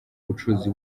ubucuruzi